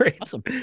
awesome